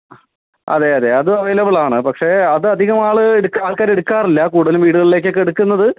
അതെ അതെ അതും അവൈലബിലാണ് പക്ഷെ അത് അധികം ആൾ എടുക്കാ ആൾക്കാർ എടുക്കാറില്ല കൂടുതലും വീടുകളിലേക്കൊക്കെ എടുക്കുന്നത്